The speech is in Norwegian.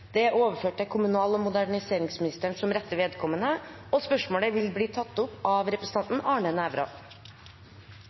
er overført til kommunal- og moderniseringsministeren som rette vedkommende. Spørsmålet vil bli tatt opp av